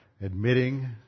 admitting